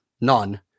none